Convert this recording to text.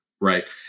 right